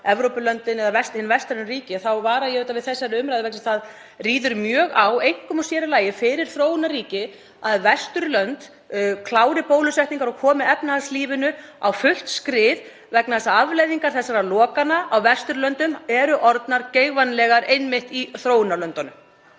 eða hin vestrænu ríki, að ég vara við þeirri umræðu vegna þess að það ríður mjög á, einkum og sér í lagi fyrir þróunarríkin, að Vesturlönd klári bólusetningar og komi efnahagslífinu á fullt skrið, vegna þess að afleiðingar þessara lokana á Vesturlöndum eru orðnar geigvænlegar einmitt í þróunarlöndunum.